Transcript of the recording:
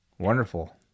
Wonderful